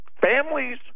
families